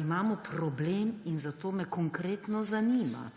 imamo problem in zato me konkretno zanima: